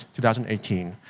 2018